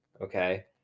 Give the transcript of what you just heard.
okay